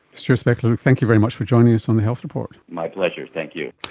stuart spechler, thank you very much for joining us on the health report. my pleasure, thank you.